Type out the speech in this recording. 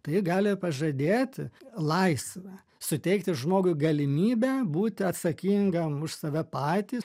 tai gali pažadėti laisvę suteikti žmogui galimybę būti atsakingam už save patį